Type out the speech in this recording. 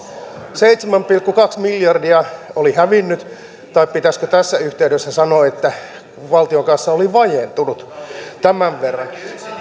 seitsemän pilkku kaksi miljardia oli hävinnyt tai pitäisikö tässä yhteydessä sanoa että valtion kassa oli vajentunut tämän verran